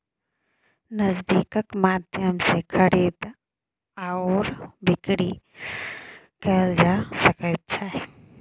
नगदीक माध्यम सँ खरीद आओर बिकरी कैल जा सकैत छै